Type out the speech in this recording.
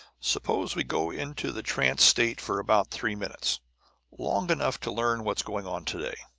suppose we go into the trance state for about three minutes long enough to learn what's going on today.